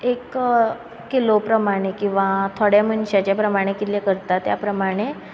एक किलो प्रमाणें किंवा थोडे मनशाचें प्रमाणें कितलें करता त्या प्रमाणे